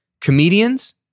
Comedians